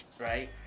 Right